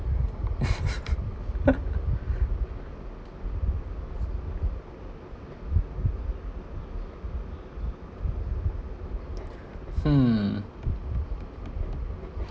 hmm